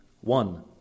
one